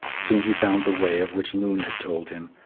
soon he found the way of which loon had told him.